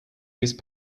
use